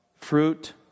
fruit